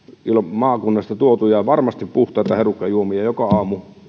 maakunnasta tuotuja varmasti puhtaita herukkajuomia joka aamu